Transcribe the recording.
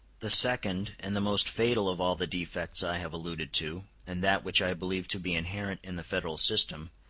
the second and the most fatal of all the defects i have alluded to, and that which i believe to be inherent in the federal system,